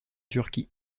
turquie